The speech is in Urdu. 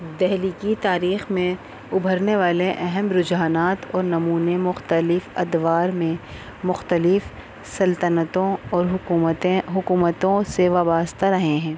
دہلی کی تاریخ میں ابھرنے والے اہم رجحانات اور نمونے مختلف ادوار میں مختلف سلطنتوں اور حکومتیں حکومتوں سے وابستہ رہے ہیں